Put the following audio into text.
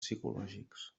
psicològics